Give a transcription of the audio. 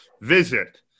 Visit